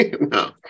No